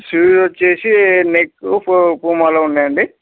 షూజ వచ్చేసి నెక్కు ప పూమాలో ఉన్నాయండి